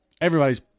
everybody's